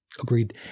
Agreed